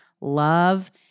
love